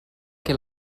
que